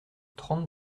trente